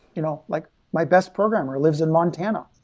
you know like my best programmer lives in montana.